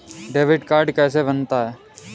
Debit card कैसे बनता है?